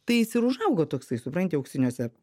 tai jis ir užaugo toksai supranti auksiniuose